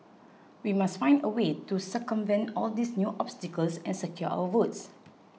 we must find a way to circumvent all these new obstacles and secure our votes